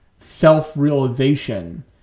Self-realization